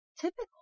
typical